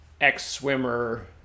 ex-swimmer